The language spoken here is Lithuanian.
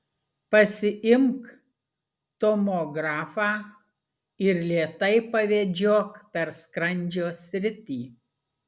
pasiimk tomografą ir lėtai pavedžiok per skrandžio sritį